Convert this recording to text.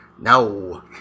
No